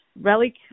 relic